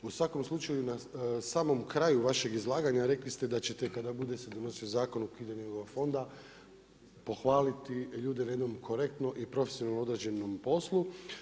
U svakom slučaju na samom kraju vašeg izlaganja rekli ste da ćete kada bude se donosio zakon o ukidanju ovoga fonda pohvaliti ljude na jednom korektnom i profesionalno odrađenom poslu.